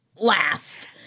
last